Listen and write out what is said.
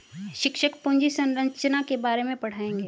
शिक्षक पूंजी संरचना के बारे में पढ़ाएंगे